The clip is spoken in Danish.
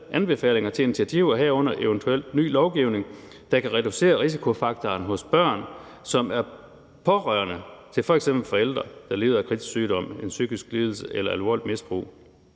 anbefalinger til initiativer, herunder eventuelt ny lovgivning, der kan reducere risikofaktorerne hos børn, som er pårørende til f.eks. forældre, der lider af kritisk sygdom, en psykisk lidelse eller alvorligt misbrug.